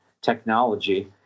technology